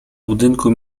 budynku